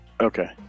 Okay